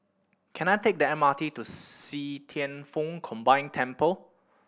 can I take the M R T to See Thian Foh Combined Temple